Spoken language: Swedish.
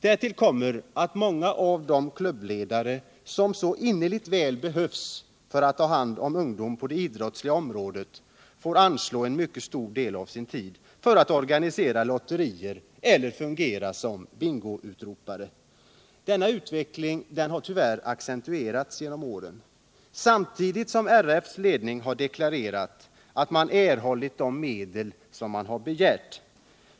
Därtill kommer sedan att många av de klubbledare som så innerligt väl behövs för att ta hand om ungdomen på det idrottsliga området får anslå en mycket stor del av sin tid till att organisera lotterier eller fungera som bingoutropare. Denna utveckling har tyvärr accentuerats under åren, samtidigt som RF:s ledning har deklarerat att man fått de medel som man begärt.